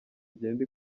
igenda